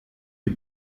die